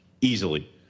easily